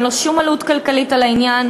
אין לו שום עלות כלכלית בעניין,